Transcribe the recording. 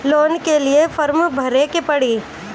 Loan के लिए form भरे के पड़ी?